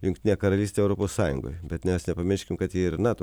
jungtinę karalystę europos sąjungoj bet mes nepamirškim kad ji ir nato